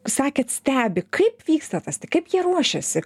sakėt stebi kaip vyksta tas tai kaip jie ruošiasi